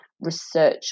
research